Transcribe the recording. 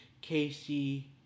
Casey